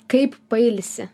kaip pailsi